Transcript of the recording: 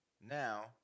now